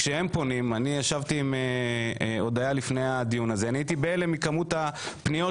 כשישבתי עם הודיה הייתי בהלם מכמות הפניות